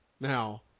Now